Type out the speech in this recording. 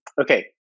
Okay